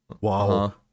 wow